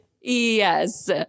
Yes